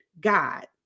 God